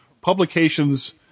Publications